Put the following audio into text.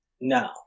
No